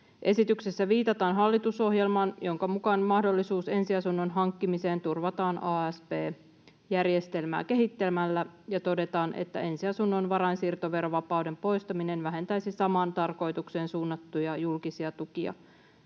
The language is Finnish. Esityksessä viitataan hallitusohjelmaan, jonka mukaan mahdollisuus ensiasunnon hankkimiseen turvataan asp-järjestelmää kehittämällä, ja todetaan, että ensiasunnon varainsiirtoverovapauden poistaminen vähentäisi samaan tarkoitukseen suunnattuja julkisia tukia,